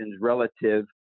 relative